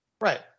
Right